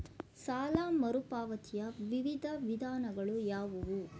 ಸಾಲ ಮರುಪಾವತಿಯ ವಿವಿಧ ವಿಧಾನಗಳು ಯಾವುವು?